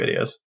videos